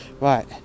right